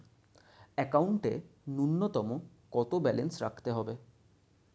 একাউন্টে নূন্যতম কত ব্যালেন্স রাখতে হবে?